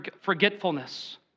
forgetfulness